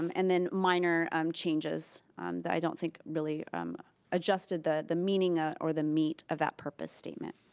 um and then minor um changes that i don't think really adjusted the the meaning ah or the meat of that purpose statement.